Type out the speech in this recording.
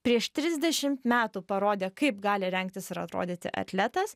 prieš trisdešimt metų parodė kaip gali rengtis ir atrodyti atletas